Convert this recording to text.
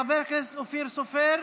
חבר הכנסת אופיר סופר,